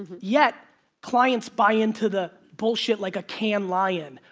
yet clients buy into the bullshit like a cannes lion,